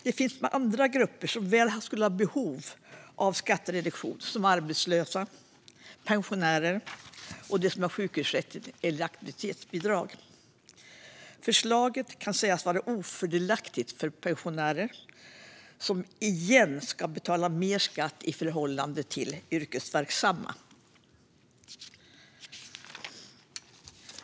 Det finns andra grupper som skulle ha behov av skattereduktion, till exempel arbetslösa, pensionärer och personer med sjukersättning eller aktivitetsersättning. Förslaget kan sägas vara ofördelaktigt för pensionärer, som nu igen ska betala mer skatt i förhållande till yrkesverksamma.